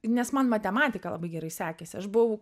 nes man matematika labai gerai sekėsi aš buvau